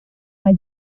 mae